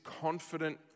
confident